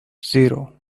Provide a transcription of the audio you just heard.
zero